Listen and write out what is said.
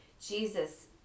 Jesus